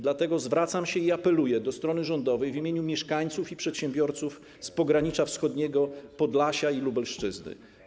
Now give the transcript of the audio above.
Dlatego zwracam się i apeluję do strony rządowej w imieniu mieszkańców i przedsiębiorców z pogranicza wschodniego, Podlasia i Lubelszczyzny.